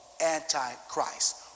antichrist